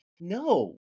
No